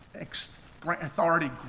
authority